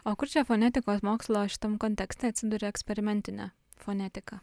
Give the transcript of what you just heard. o kur čia fonetikos mokslo šitam kontekste atsiduria eksperimentinė fonetika